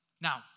Now